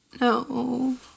No